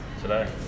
Today